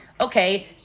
okay